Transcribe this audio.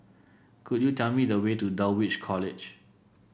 could you tell me the way to Dulwich College